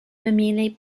memilih